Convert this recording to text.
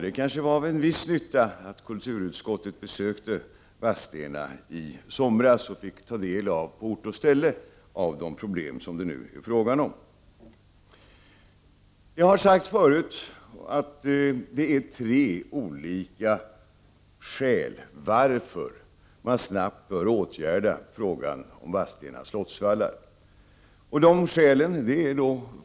Det kanske var av en viss nytta att kulturutskottet besökte Vadstena i somras och på ort och ställe fick ta del av de problem som det nu är fråga om. Det har sagts tidigare att det finns tre olika skäl till varför man snabbt bör åtgärda Vadstena slottsvallar.